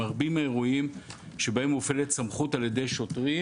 מרבית האירועים שבהם מופעלת סמכות על ידי שוטרים